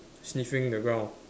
sniffing the ground